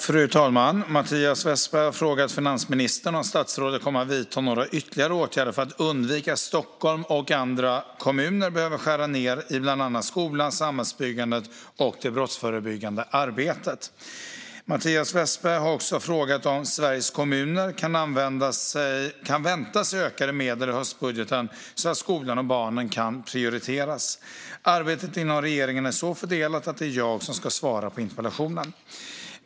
Fru talman! Mattias Vepsä har frågat finansministern om statsrådet kommer att vidta några ytterligare åtgärder för att undvika att Stockholm och andra kommuner behöver skära ned i bland annat skolan, samhällsbyggandet och det brottsförebyggande arbetet. Mattias Vepsä har också frågat om Sveriges kommuner kan vänta sig ökade medel i höstbudgeten så att skolan och barnen kan prioriteras. Arbetet inom regeringen är så fördelat att det är jag som ska svara på interpellationen.